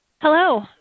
Hello